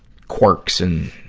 quirks and